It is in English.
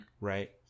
Right